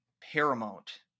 paramount